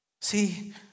See